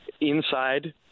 inside